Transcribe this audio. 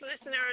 listeners